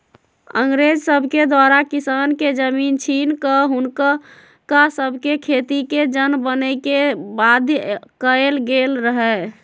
अंग्रेज सभके द्वारा किसान के जमीन छीन कऽ हुनका सभके खेतिके जन बने के बाध्य कएल गेल रहै